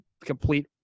complete